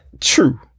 true